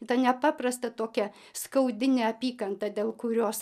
ta nepaprasta tokia skaudi neapykanta dėl kurios